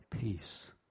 peace